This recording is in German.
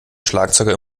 schlagzeuger